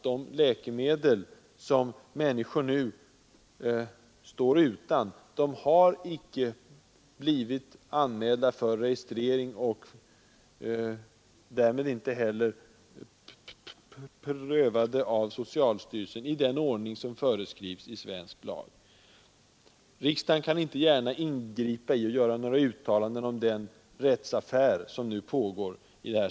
De läkemedel, som sjuka människor nu står utan, har icke blivit anmälda för registrering och därmed inte heller prövade av socialstyrelsen i den ordning som föreskrivs i svensk lag. Riksdagen kan inte i detta sammanHang ingripa eller göra några uttalanden om den rättsaffär som pågår.